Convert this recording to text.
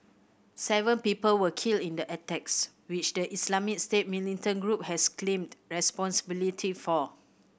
seven people were killed in the attacks which the Islamic State militant group has claimed responsibility for